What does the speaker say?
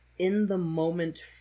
in-the-moment